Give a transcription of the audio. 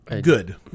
good